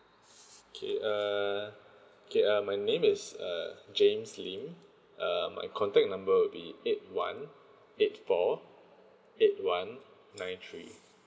okay uh okay uh my name is uh james lim uh my contact number will be eight one eight four eight one nine three